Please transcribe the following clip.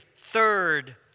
third